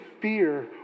fear